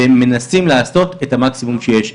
והם מנסים לעשות את המקסימום שיש.